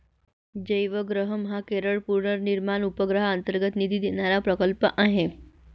जयवग्रहम हा केरळ पुनर्निर्माण उपक्रमांतर्गत निधी देणारा प्रकल्प आहे